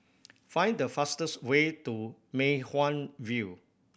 find the fastest way to Mei Hwan View